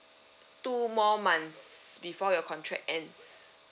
two more months before your contract ends